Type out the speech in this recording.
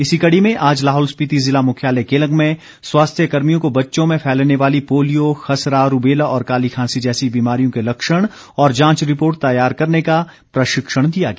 इसी कड़ी में आज लाहौल स्पिति ज़िला मुख्यालय केलंग में स्वास्थ्य कर्मियों को बच्चों में फैलने वाली पोलियो खसरा रूबेला और काली खांसी जैसी बीमारियों के लक्षण और जांच रिपोर्ट तैयार करने का प्रशिक्षण दिया गया